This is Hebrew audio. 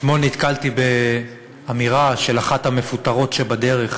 אתמול נתקלתי באמירה של אחת המפוטרות שבדרך,